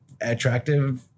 attractive